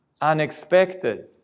unexpected